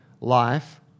life